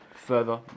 Further